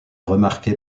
remarqué